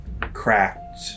cracked